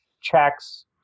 checks